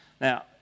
Now